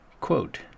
quote